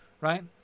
right